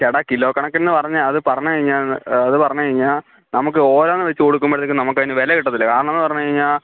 ചേട്ടാ കിലോ കണക്കിനെന്ന് പറഞ്ഞാൽ അത് പറഞ്ഞ് കഴിഞ്ഞാൽ അത് പറഞ്ഞ് കഴിഞ്ഞാൽ നമുക്ക് ഓരോന്ന് വെച്ച് കൊടുക്കുമ്പോഴത്തേക്കും നമുക്കതിന് വില കിട്ടത്തില്ല കാരണമെന്ന് പറഞ്ഞ് കഴിഞ്ഞാൽ